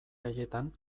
haietan